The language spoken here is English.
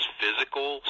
physical